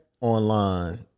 online